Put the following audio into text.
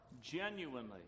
genuinely